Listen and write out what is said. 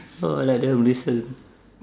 oh like that